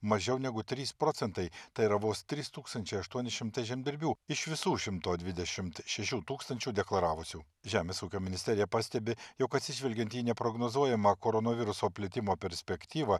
mažiau negu trys procentai tai yra vos trys tūkstančiai aštuoni šimtai žemdirbių iš visų šimto dvidešimt šešių tūkstančių deklaravusių žemės ūkio ministerija pastebi jog atsižvelgiant į neprognozuojamą koronaviruso plitimo perspektyvą